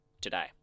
today